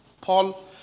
Paul